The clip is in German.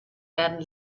werden